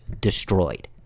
destroyed